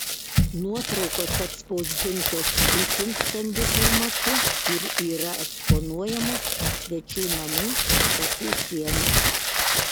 nuotraukos atspausdintos itin stambiu formatu ir yra eksponuojamos ant svečių namų pastatų sienų